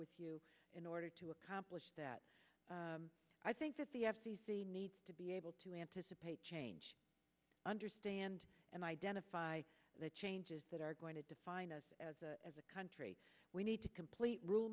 with you in order to accomplish that i think that the f c c needs to be able to anticipate change understand and identify the changes that are going to define us as a country we need to complete rule